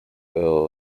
earl